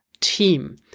team